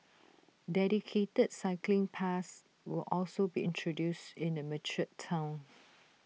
dedicated cycling paths will also be introduced in the mature Town